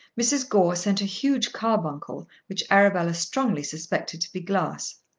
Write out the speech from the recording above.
mrs. gore sent a huge carbuncle which arabella strongly suspected to be glass.